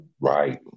Right